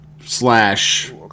slash